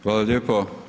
Hvala lijepo.